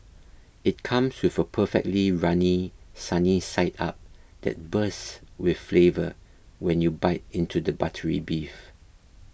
it comes with a perfectly runny sunny side up that bursts with flavour when you bite into the buttery beef